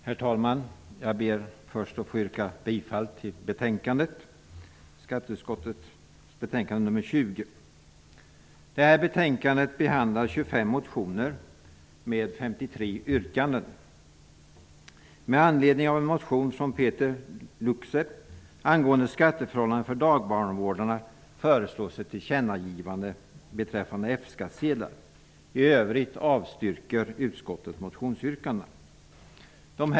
Herr talman! Jag ber först att få yrka bifall till utskottets hemställan i SkU20. Betänkandet behandlar 25 motioner med 53 yrkanden. Motionsyrkandena kan indelas i fem grupper. 1.